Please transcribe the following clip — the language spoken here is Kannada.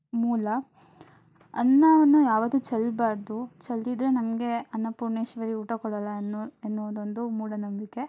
ಮೂಲ ಅನ್ನವನ್ನು ಯಾವತ್ತೂ ಚೆಲ್ಲಬಾರ್ದು ಚೆಲ್ಲಿದ್ರೆ ನಮಗೆ ಅನ್ನಪೂರ್ಣೇಶ್ವರಿ ಊಟ ಕೊಡೋಲ್ಲ ಅನ್ನೋ ಎನ್ನುವುದೊಂದು ಮೂಢನಂಬಿಕೆ